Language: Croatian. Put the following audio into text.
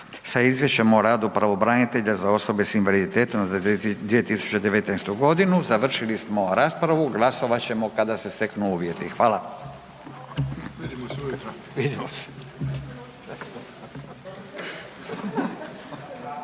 sa Izvješćem o radu pravobranitelja za osobe s invaliditetom za 2019. godinu. Završili smo raspravu, glasovat ćemo kada se steknu uvjeti. Hvala. Vidimo se ujutro.